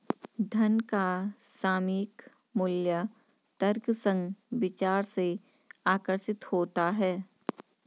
धन का सामयिक मूल्य तर्कसंग विचार से आकर्षित होता है